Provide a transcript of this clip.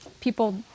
people